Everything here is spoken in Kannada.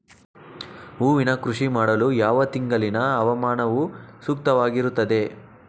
ಹೂವಿನ ಕೃಷಿ ಮಾಡಲು ಯಾವ ತಿಂಗಳಿನ ಹವಾಮಾನವು ಸೂಕ್ತವಾಗಿರುತ್ತದೆ?